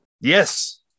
Yes